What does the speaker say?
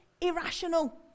irrational